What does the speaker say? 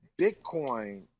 Bitcoin